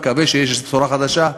אני מקווה שיש איזה בשורה חדשה,